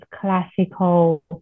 classical